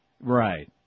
Right